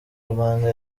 rwanda